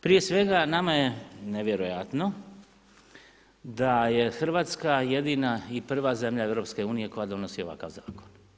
Prije svega, nama je nevjerojatno da je Hrvatska jedina i prva zemlja EU koja donosi ovakav zakon.